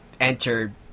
entered